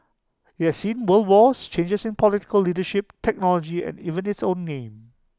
IT has seen world wars changes in political leadership technology and even its own name